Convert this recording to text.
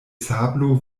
sablo